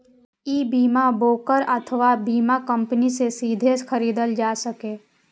ई बीमा ब्रोकर अथवा बीमा कंपनी सं सीधे खरीदल जा सकैए